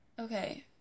Okay